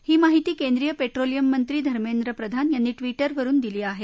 ही माहिती केंद्रीय पेट्रोलियममंत्री धमेंद्र प्रधान यांनी ट्विट वरुन दिली आहे